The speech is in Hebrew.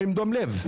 אומרים: "דום לב".